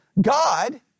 God